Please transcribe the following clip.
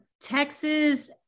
Texas